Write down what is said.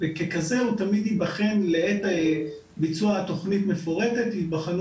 וככזה הוא תמיד ייבחן לעת ביצוע התכנית המפורטת ייבחנו